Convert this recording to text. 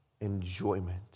enjoyment